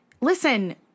listen—